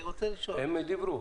הם דיברו.